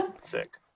Sick